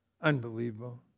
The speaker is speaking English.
unbelievable